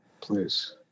Please